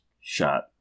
shot